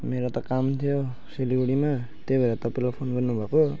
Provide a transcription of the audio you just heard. मेरो त काम थियो सिलगढीमा त्यही भएर तपाईँलाई फोन गर्नुभएको